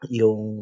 yung